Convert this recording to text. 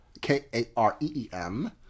K-A-R-E-E-M